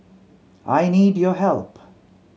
I need your help